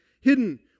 hidden